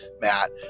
Matt